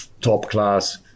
top-class